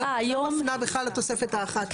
היום את לא מפנה בכלל לתוספת האחת עשרה.